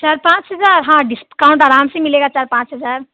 चार पाँच हज़ार हाँ डिस्काउंट आराम से मिलेगा चार पाँच हज़ार